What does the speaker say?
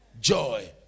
Joy